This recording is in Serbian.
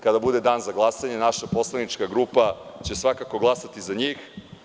Kada bude dan za glasanje, naša poslanička grupa će svakako glasati za njih.